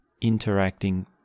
interacting